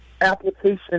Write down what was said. application